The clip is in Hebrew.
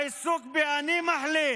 העיסוק ב-"אני מחליט",